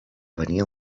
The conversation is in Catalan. venia